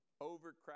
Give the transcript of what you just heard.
overcrowded